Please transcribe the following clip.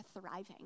thriving